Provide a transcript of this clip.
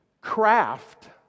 Craft